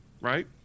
right